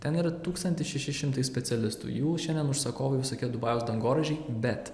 ten yra tūkstantis šeši šimtai specialistų jų šiandien užsakovai visokie dubajaus dangoraižiai bet